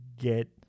get